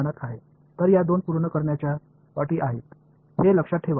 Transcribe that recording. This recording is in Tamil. எனவே இந்த இரண்டு முழுமையான வெளிப்பாடுகள்